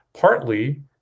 partly